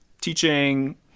teaching